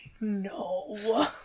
No